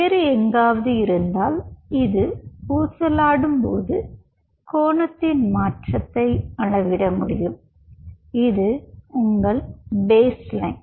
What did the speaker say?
வேறு எங்காவது இருந்தால் இது ஊசலாடும்போது கோணத்தின் மாற்றத்தை அளவிட முடியும் இது உங்கள் பேஸ் லைன்